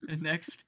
next